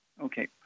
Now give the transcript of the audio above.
Okay